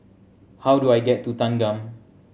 how do I get to Thanggam